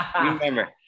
remember